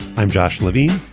i'm josh levine,